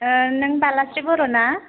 नों बालास्रि बर' ना